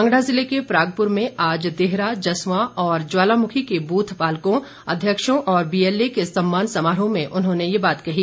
कांगड़ा ज़िले के परागपुर में आज देहरा जसवां और ज्वालामुखी के बूथ पालकोंअध्यक्षों और बीएलए के सम्मान समारोह में उन्होंने ये बात कही